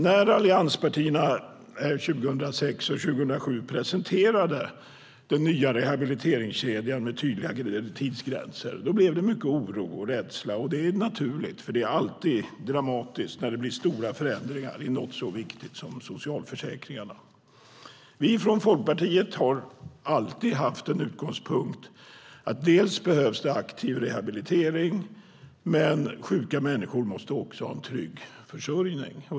När allianspartierna 2006 och 2007 presenterade den nya rehabiliteringskedjan med tydliga tidsgränser blev det mycket oro och rädsla. Det är naturligt eftersom det alltid är dramatiskt när det blir stora förändringar i något så viktigt som socialförsäkringarna. Vi från Folkpartiet har alltid haft utgångspunkten att det behövs aktiv rehabilitering men att sjuka människor också måste ha en trygg försörjning.